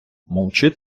мовчи